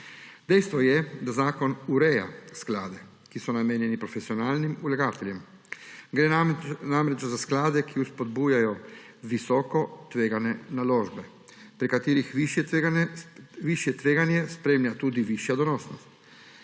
Dejstvo je, da zakon ureja sklade, ki so namenjeni profesionalnim vlagateljem. Gre namreč za sklade, ki spodbujajo visokotvegane naložbe, pri katerih višje tveganje spremlja tudi višja donosnost.